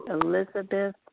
Elizabeth